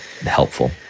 helpful